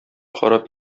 харап